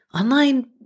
online